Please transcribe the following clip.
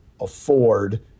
afford